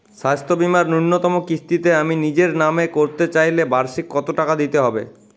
স্বাস্থ্য বীমার ন্যুনতম কিস্তিতে আমি নিজের নামে করতে চাইলে বার্ষিক কত টাকা দিতে হবে?